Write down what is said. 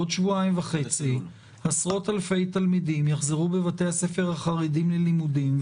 עוד שבועיים וחצי עשרות אלפי תלמידים יחזרו בבתי הספר החרדים ללימודים,